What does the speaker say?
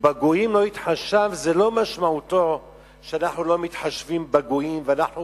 "ובגויים לא יתחשב" זה לא שאנחנו לא מתחשבים בגויים ואנחנו